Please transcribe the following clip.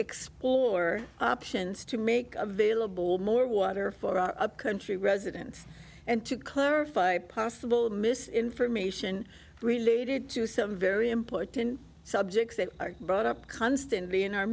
explore options to make available more water for our country residence and to clarify possible mis information related to some very important subjects that are brought up constantly in our